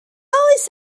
oes